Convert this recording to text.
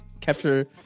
capture